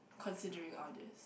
considering all these